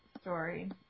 story